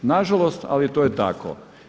Nažalost ali to je tako.